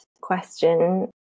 question